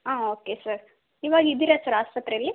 ಹಾಂ okay sir ಇವಾಗ ಇದ್ದೀರಾ ಸರ್ ಆಸ್ಪತ್ರೆಯಲ್ಲಿ